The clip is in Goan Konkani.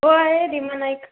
हय रिमा नायक